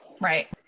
Right